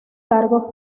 cargos